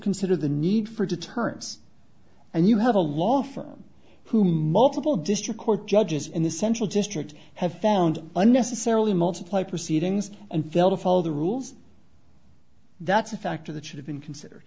considered the need for deterrence and you have a law firm who multiple district court judges in the central district have found unnecessarily multiply proceedings and fail to follow the rules that's a factor that should have been considered